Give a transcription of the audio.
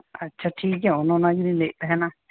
ᱟᱪᱪᱷᱟ ᱴᱷᱤᱠ ᱜᱮᱭᱟ ᱚᱱᱮ ᱚᱱᱟᱜᱮᱞᱤᱧ ᱞᱟᱹᱭᱮᱫ ᱛᱮᱦᱮᱱᱟ